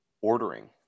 ordering